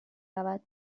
رود